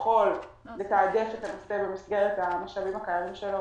יכול לתעדף את הנושא במסגרת המשאבים הקיימים שלו.